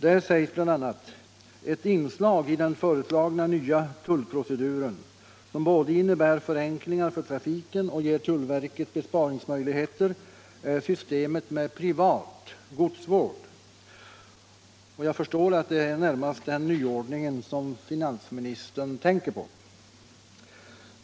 Där sägs bl.a.: ”Ett inslag i den föreslagna nya tullproceduren, som både innebär förenklingar för trafiken och ger tullverket besparingsmöjligheter är systemet med privat godsvård.” Jag förstår att det är närmast den nyordningen som finansministern tänker på.